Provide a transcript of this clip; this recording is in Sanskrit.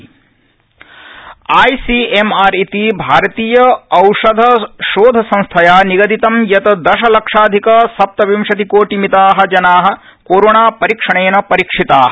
कोविड परीक्षणम आईसीएमआर इति भारतीय औषध शोधसंस्थया निगदितम् यत् दशलक्षाधिक सप्तविंशतिकोटिमिता जना कोरोणापरीक्षणेन परीक्षिता